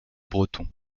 breton